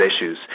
issues